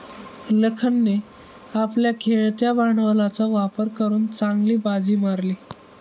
लखनने आपल्या खेळत्या भांडवलाचा वापर करून चांगली बाजी मारली